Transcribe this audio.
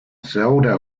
zelda